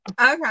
Okay